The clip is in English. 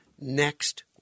next